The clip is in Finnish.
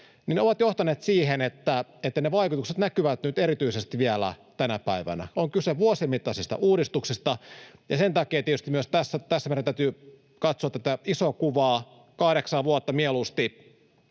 ovat johtaneet siihen, että ne vaikutukset näkyvät nyt erityisesti vielä tänä päivänä. On kyse vuosien mittaisista uudistuksista, ja sen takia tietysti myös tässä meidän täytyy katsoa tätä isoa kuvaa, kahdeksaa vuotta mieluusti,